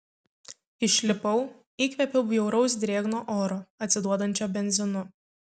išlipau įkvėpiau bjauraus drėgno oro atsiduodančio benzinu